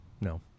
No